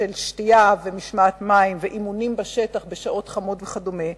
של שתייה ומשמעת מים ואימונים בשטח בשעות חמות וכדומה,